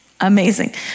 amazing